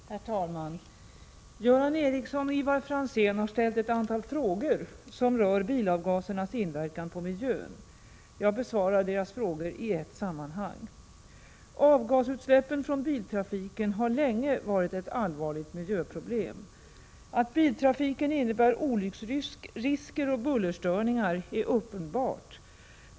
Herr talman! Göran Ericsson och Ivar Franzén har ställt ett antal frågor som rör bilavgasernas inverkan på miljön. Jag besvarar deras frågor i ett sammanhang. Avgasutsläppen från biltrafiken har länge varit ett allvarligt miljöproblem. Att biltrafiken innebär olycksrisker och bullerstörningar är uppenbart.